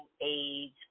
age